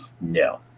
No